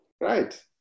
Right